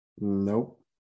Nope